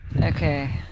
Okay